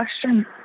question